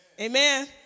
Amen